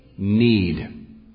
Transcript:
Need